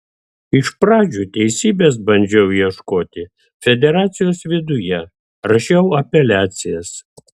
iš pradžių teisybės bandžiau ieškoti federacijos viduje rašiau apeliacijas